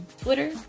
Twitter